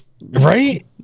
right